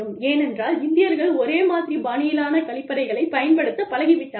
ஏனென்றால் இந்தியர்கள் ஒரே மாதிரி பாணியிலான கழிப்பறைகளை பயன்படுத்தப் பழகிவிட்டார்கள்